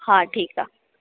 हा ठीकु आहे